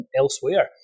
elsewhere